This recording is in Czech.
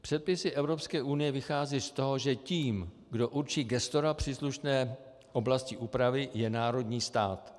Předpisy Evropské unie vychází z toho, že tím, kdo určí gestora příslušné oblasti úpravy, je národní stát.